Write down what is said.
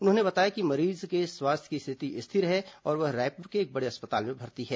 उन्होंने बताया कि मरीज के स्वास्थ्य की स्थिति स्थिर है और वह रायपुर के एक बड़े अस्पताल में भर्ती है